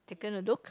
taken a look